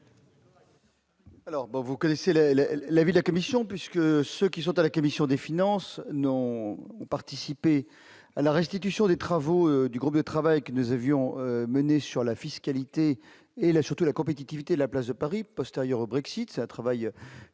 bon, vous connaissez la la la vie la Commission puisque ceux qui sont à laquelle qualifiant des finances n'ont participé à la restitution des travaux du groupe de travail que nous avions mené sur la fiscalité et la surtout la compétitivité de la place de Paris postérieur au Brexit, c'est un travail qui a été menée